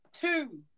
two